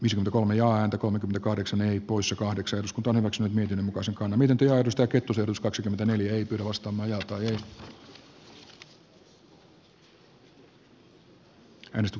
pisin ohjaa häntä kolme kahdeksan poissa kahdeksan osku torrokseen miten osakkaana miten työ edustaa kettusen vain tuo punainen painunut alas kun painoin